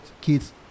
kids